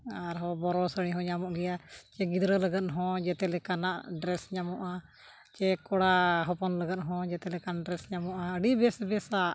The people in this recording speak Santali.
ᱟᱨᱦᱚᱸ ᱵᱚᱨᱚ ᱥᱟᱬᱤ ᱦᱚᱸ ᱧᱟᱢᱚᱜ ᱜᱮᱭᱟ ᱥᱮ ᱜᱤᱫᱽᱨᱟᱹ ᱞᱟᱜᱟ ᱦᱚᱸ ᱡᱟᱛᱮ ᱞᱮᱠᱟᱱᱟᱜ ᱰᱨᱮᱥ ᱧᱟᱢᱚᱜᱼᱟ ᱥᱮ ᱠᱚᱲᱟ ᱦᱚᱯᱚᱱ ᱞᱟᱜᱤᱫ ᱦᱚᱸ ᱡᱟᱛᱮ ᱞᱮᱠᱟᱱ ᱰᱨᱮᱥ ᱧᱟᱢᱚᱜᱼᱟ ᱟᱹᱰᱤ ᱵᱮᱥ ᱵᱮᱥᱟᱜ